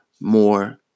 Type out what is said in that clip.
more